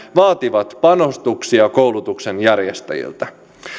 vaativat panostuksia koulutuksenjärjestäjiltä